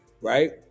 right